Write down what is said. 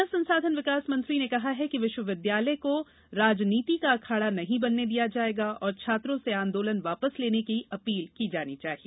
मानव संसाधन विकास मंत्री ने कहा है कि विश्वविद्यालयों को राजनीति का अखाड़ा नहीं बनने दिया जाएगा और छात्रों से आंदोलन वापस लेने के लिए अपील की जानी चाहिए